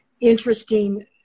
interesting